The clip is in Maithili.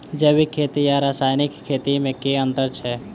जैविक खेती आ रासायनिक खेती मे केँ अंतर छै?